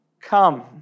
come